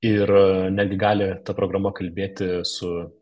ir netgi gali ta programa kalbėti su